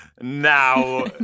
Now